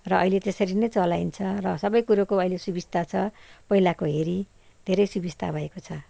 र अहिले त्यसरी नै चलाइन्छ र सबैकुरोको अहिले सुबिस्ता छ पहिलाको हेरि धेरै सुबिस्ता भएको छ